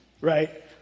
right